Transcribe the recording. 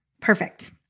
Perfect